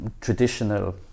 traditional